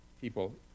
people